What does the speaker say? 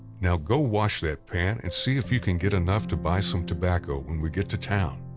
now go wash that pan and see if you can get enough to buy some tobacco when we get to town.